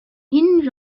hinge